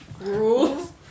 rules